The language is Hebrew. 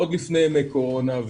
עוד לפני ימי קורונה,